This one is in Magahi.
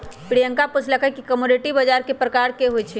प्रियंका पूछलई कि कमोडीटी बजार कै परकार के होई छई?